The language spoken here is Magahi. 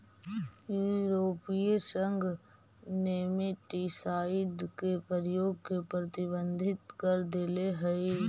यूरोपीय संघ नेमेटीसाइड के प्रयोग के प्रतिबंधित कर देले हई